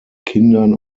kindern